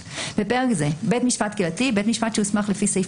בפרק זה - "בית משפט קהילתי" - בית משפט שהוסמך לפי סעיף